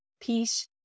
peace